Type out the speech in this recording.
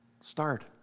Start